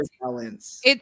balance